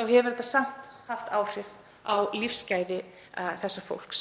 hefur þetta samt haft áhrif á lífsgæði þessa fólks.